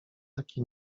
taki